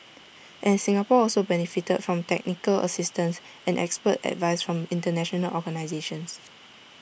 and Singapore also benefited from technical assistance and expert advice from International organisations